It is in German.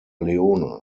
leone